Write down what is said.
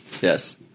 Yes